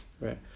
right